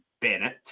Bennett